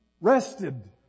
rested